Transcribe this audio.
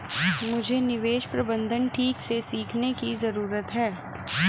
मुझे निवेश प्रबंधन ठीक से सीखने की जरूरत है